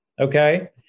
Okay